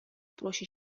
проще